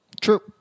True